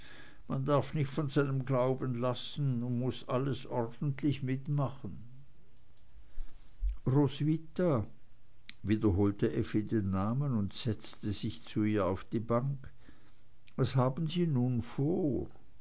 man darf nich von seinem glauben lassen und muß alles ordentlich mitmachen roswitha wiederholte effi den namen und setzte sich zu ihr auf die bank was haben sie nun vor